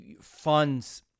funds